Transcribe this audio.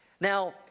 Now